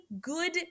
good